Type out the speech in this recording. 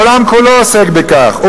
העולם כולו עוסק בכך,